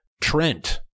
Trent